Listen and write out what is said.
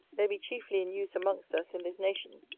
there be chiefly in use amongst us in this nation,